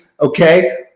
okay